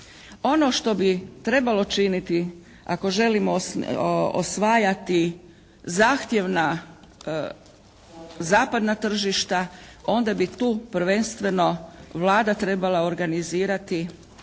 Ono što bi trebalo činiti ako želimo osvajati zahtjevna zapadna tržišta onda bi tu prvenstveno Vlada trebala organizirati